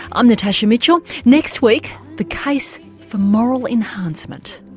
i'm natasha mitchell, next week the case for moral enhancement